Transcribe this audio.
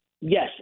Yes